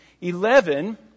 eleven